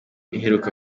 iheruka